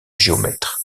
géomètre